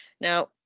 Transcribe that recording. Now